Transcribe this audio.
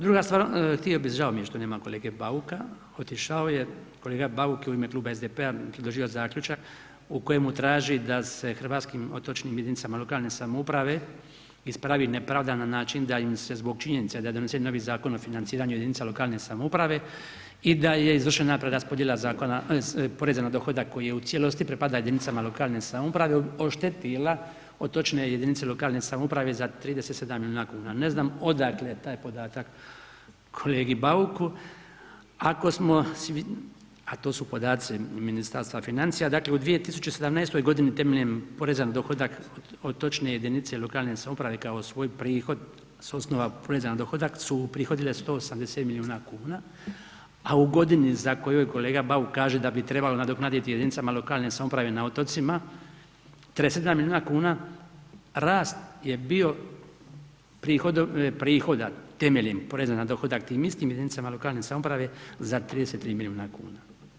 Druga stvar, htio bi, žao mi je što nema kolege Bauka, otišao je, kolega Bauk je u ime kluba SDP-a predložio zaključak u kojemu traži da se hrvatskim otočnim jedinica lokalne samouprave ispravi nepravda na način da im se zbog činjenice da je donesen novi Zakon o financiranju jedinica lokalne samouprave i da je izvršena preraspodjela poreza na dohodak koji u cijelosti pripada jedinicama lokalne samouprave oštetila otočne jedinice lokalne samouprave za 37 milijuna kuna, ne znam odakle taj podatak kolegi Bauku ako smo, a to su podaci Ministarstva financija, dakle u 2017. g. temeljem poreza na dohodak otočne jedinice lokalne samouprave kao svoj prihod sa osnova poreza na dohodak su uprihodile 180 milijuna kuna a u godini za koju kolega Bauk kaže da bi trebalo nadoknaditi jedinicama lokalne samouprave na otocima, 37 milijuna kuna rast je bio prihoda temelja poreza na dohodak, tim mislim jedinicama lokalne samouprave za 33 milijuna kuna.